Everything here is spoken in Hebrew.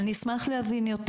אני אשמח להבין יותר.